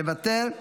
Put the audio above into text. מוותר,